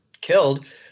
killed